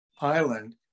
Island